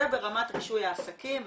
זה ברמת רישוי העסקים,